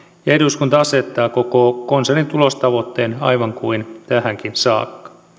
ja eduskunta asettaa koko konsernin tulostavoitteen aivan kuin tähänkin saakka